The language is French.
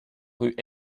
rue